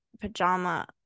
pajama